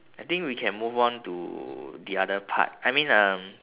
I think we can move on to the other part I mean um